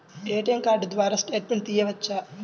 ATM card ద్వారా statement తీయవచ్చా?